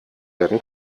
werden